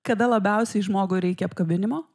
kada labiausiai žmogui reikia apkabinimo